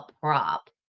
prop